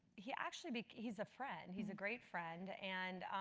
he actually became, he's a friend, he's a great friend and